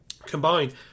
Combined